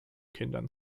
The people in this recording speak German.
kindern